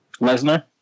Lesnar